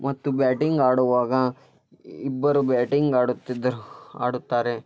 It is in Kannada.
ಮತ್ತು ಬ್ಯಾಟಿಂಗ್ ಆಡುವಾಗ ಇಬ್ಬರು ಬ್ಯಾಟಿಂಗ್ ಆಡುತ್ತಿದ್ದರು ಆಡುತ್ತಾರೆ